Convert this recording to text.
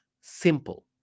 simple